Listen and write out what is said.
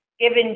given